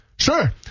Sure